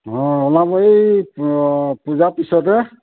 হয় ওলাব এই পূজাৰ পিছতে